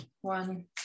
one